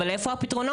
אבל איפה הפתרונות?